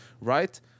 right